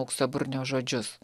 auksaburnio žodžius